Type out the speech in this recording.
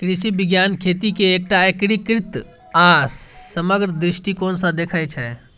कृषि विज्ञान खेती कें एकटा एकीकृत आ समग्र दृष्टिकोण सं देखै छै